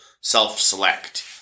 self-select